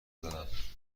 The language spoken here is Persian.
دارم